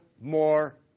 more